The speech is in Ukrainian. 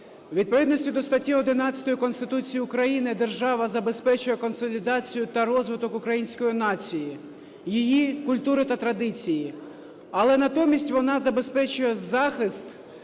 відповідності до статті 11 Конституції України держава забезпечує консолідацію та розвиток української нації, її культури та традиції, але натомість вона забезпечує захист